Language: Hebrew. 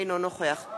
אינו נוכח הוא ברח.